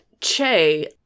Che